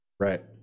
right